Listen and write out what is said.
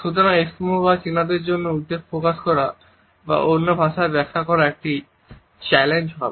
সুতরাং এস্কিমো বা চীনাদের জন্য উদ্বেগ প্রকাশ করা বা অন্য ভাষায় ব্যাখ্যা করা একটি চ্যালেঞ্জ হবে